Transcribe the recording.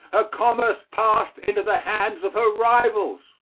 her commerce passed into the hands of her rivals.